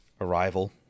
Arrival